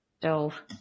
dove